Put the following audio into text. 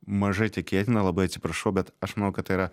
mažai tikėtina labai atsiprašau bet aš manau kad tai yra